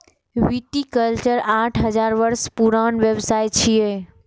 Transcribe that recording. viticulture आठ हजार वर्ष पुरान व्यवसाय छियै